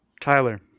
Tyler